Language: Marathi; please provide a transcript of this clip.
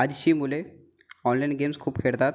आजशी मुले ऑनलाइन गेम्स खूप खेळतात